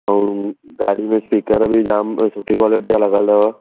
ऐं गाॾी में स्पीकर बि जाम सुठी क्वालिटीअ जा लॻलि अथव